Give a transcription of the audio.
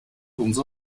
umso